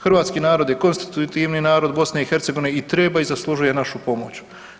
Hrvatski narod je konstitutivni narod BiH i treba i zaslužuje našu pomoć.